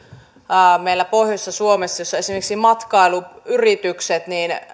tuolla meillä pohjoisessa suomessa missä esimerkiksi matkailuyritysten